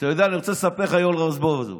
אני רוצה לספר לך, יואל רזבוזוב,